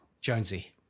Jonesy